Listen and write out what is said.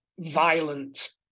violent